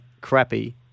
crappy